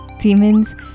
demons